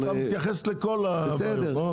אבל אתה מתייחס לכל הבעיות.